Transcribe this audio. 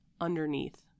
underneath